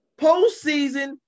Postseason